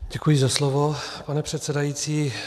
Děkuji za slovo, pane předsedající.